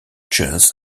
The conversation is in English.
chess